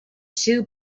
two